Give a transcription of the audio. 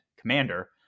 commander